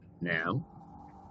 Now